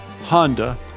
Honda